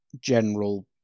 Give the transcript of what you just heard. general